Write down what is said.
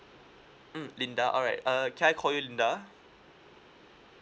mm linda alright err can I call you linda